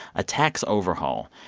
a tax overhaul.